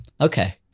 Okay